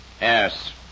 Yes